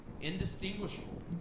Indistinguishable